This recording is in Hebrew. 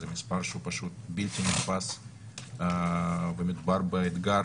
זה מספר שהוא פשוט בלתי נתפס ומדובר באתגר